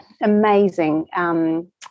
amazing